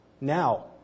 Now